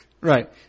Right